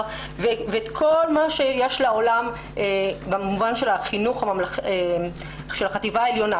וכל מה שיש לעולם במובן של החטיבה העליונה,